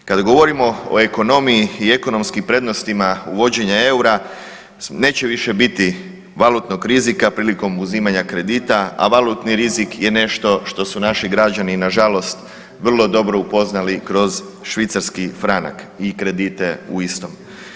govorimo o ekonomiji i ekonomskim prednostima uvođenja eura neće više biti valutnog rizika prilikom uzimanja kredita, a valutni rizik je nešto što su naši građani nažalost vrlo dobro upoznali kroz švicarski franak i kredite u istom.